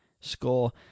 score